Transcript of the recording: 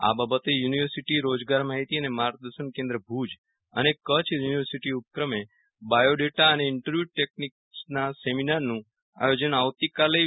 આ બાબતે યુનિવર્સિટી રોજગાર માહિતી અને માર્ગદર્શન કેન્દ્ર ભુજ અને કચ્છ યુનિવર્સિટી સંયુક્ત ઉપક્રમે બાયોડેટા અને ઈન્ટરવ્યુ ટેકનીકસના સેમિરનારનું આયોજન આવતીકાલે તા